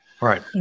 Right